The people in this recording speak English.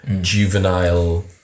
Juvenile